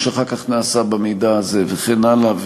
נעשה אחר כך נעשה במידע הזה וכן הלאה,